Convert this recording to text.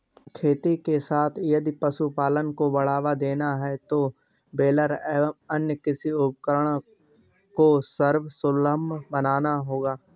खेती के साथ यदि पशुपालन को बढ़ावा देना है तो बेलर एवं अन्य कृषि उपकरण को सर्वसुलभ बनाना होगा